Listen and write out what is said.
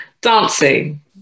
dancing